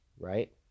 Right